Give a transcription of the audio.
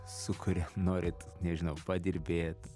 su kuria norit nežinau padirbėt